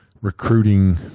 recruiting